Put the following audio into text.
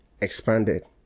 expanded